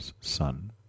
son